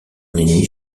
ennemie